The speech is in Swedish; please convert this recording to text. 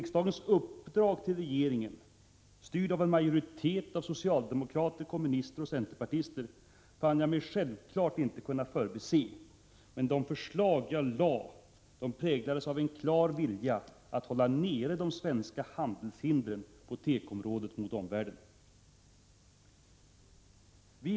Riksdagens uppdrag till regeringen, styrt av en majoritet av socialdemokrater, kommunister och centerpartister, fann jag mig självfallet inte kunna förbise. Men de förslag jag lade fram präglades av en klar vilja att hålla nere de svenska handelshindren på tekoområdet mot omvärlden.